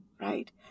right